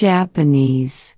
Japanese